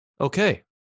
okay